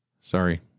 sorry